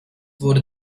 wurde